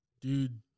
Dude